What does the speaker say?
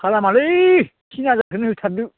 खालामालै तिन हाजारखौनो होथारदो